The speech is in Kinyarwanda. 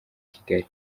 kigali